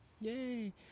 yay